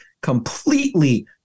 completely